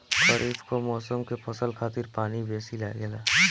खरीफ कअ मौसम के फसल खातिर पानी बेसी लागेला